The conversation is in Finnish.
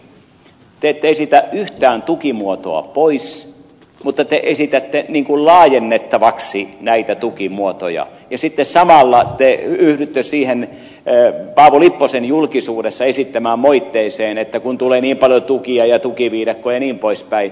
kumpula natri te ette esitä yhtään tukimuotoa pois mutta esitätte laajennettavaksi näitä tukimuotoja ja sitten samalla yhdytte siihen paavo lipposen julkisuudessa esittämään moitteeseen että tulee niin paljon tukia ja tukiviidakkoa jnp